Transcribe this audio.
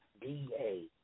D-A